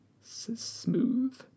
smooth